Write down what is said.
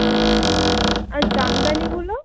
আচ্ছা আর জামদানিগুলো